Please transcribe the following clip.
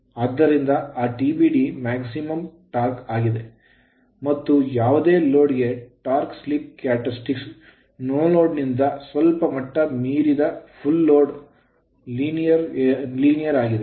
ಆದ್ದರಿಂದ ಆ TBD maximum torque ಗರಿಷ್ಠ ಟಾರ್ಕ್ ಆಗಿದೆ ಮತ್ತು ಯಾವುದೇ ಲೋಡ್ ಗೆ torque slip characteristics torque slip ಗುಣಲಕ್ಷಣವಾಗಿದೆ ನೋಲೋಡನಿಂದ ಸ್ವಲ್ಪ ಮಟ್ಟ ಮೀರಿದ full load ಪೂರ್ಣ ಲೋಡ್ಗೆ linear ರೇಖೀಯವಾ ಗಿದೆ